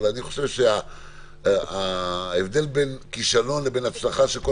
אבל אני חושב שההבדל בין כישלון לבין הצלחה של כל